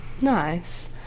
nice